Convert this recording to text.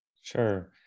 Sure